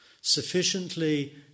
sufficiently